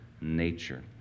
nature